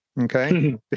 Okay